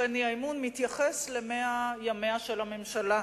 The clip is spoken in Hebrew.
אכן האי-אמון מתייחס ל-100 ימיה של הממשלה,